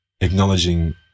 acknowledging